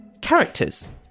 Characters